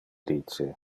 dice